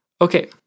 Okay